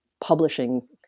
publishing